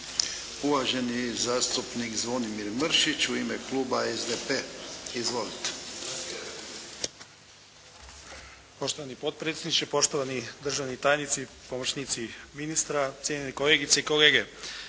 Uvaženi zastupnik Zvonimir Mršić u ime kluba SDP. Izvolite. **Mršić, Zvonimir (SDP)** Poštovani potpredsjedniče, poštovani državni tajnici, pomoćnici ministra, cijenjene kolegice i kolege.